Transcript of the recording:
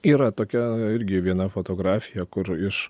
yra tokia irgi viena fotografija kur iš